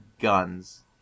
guns